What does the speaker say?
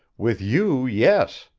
with you, yes,